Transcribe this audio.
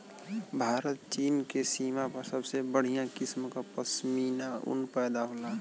भारत चीन के सीमा पर सबसे बढ़िया किसम क पश्मीना ऊन पैदा होला